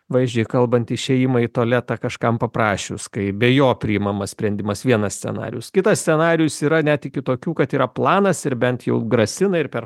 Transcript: vaizdžiai kalbant išėjimą į tualetą kažkam paprašius kai be jo priimamas sprendimas vienas scenarijus kitas scenarijus yra net iki tokių kad yra planas ir bent jau grasina ir per